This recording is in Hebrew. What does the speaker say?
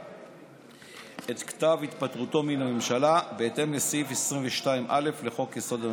את כתב התפטרותו מן הממשלה בהתאם לסעיף 22(א) לחוק-יסוד: